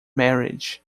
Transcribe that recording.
marriage